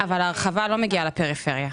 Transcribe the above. אבל ההרחבה לא מגיעה לפריפריה.